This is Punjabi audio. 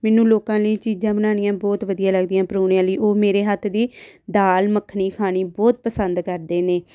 ਮੈਨੂੰ ਲੋਕਾਂ ਲਈ ਚੀਜ਼ਾਂ ਬਣਾਉਣੀਆਂ ਬਹੁਤ ਵਧੀਆ ਲੱਗਦੀਆਂ ਪ੍ਰਾਹੁਣਿਆਂ ਲਈ ਉਹ ਮੇਰੇ ਹੱਥ ਦੀ ਦਾਲ ਮੱਖਣੀ ਖਾਣੀ ਬਹੁਤ ਪਸੰਦ ਕਰਦੇ ਨੇ